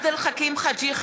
יחיא,